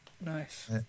Nice